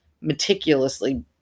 meticulously